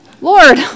Lord